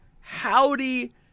howdy